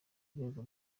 rwego